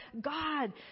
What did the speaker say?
God